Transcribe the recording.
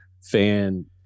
fan